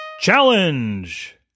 Challenge